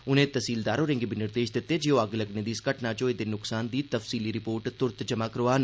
उनें तैहसीलदार होरें'गी बी निर्देश दित्ते जे ओह अग्ग लग्गने दी इस घटना च होए दे नुक्सान दी तफ्सीली रिपोर्ट तुरत जमा करोआन